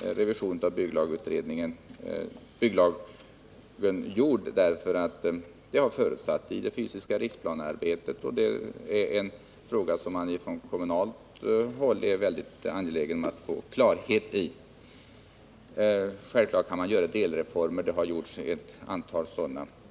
revision av bygglagen gjord, eftersom det har förutsatts i arbetet med den fysiska riksplanen. Det är också en fråga som man från kommunalt håll är väldigt angelägen om att få klarhet i. Självfallet kan man göra delreformer, och det har gjorts ett antal sådana.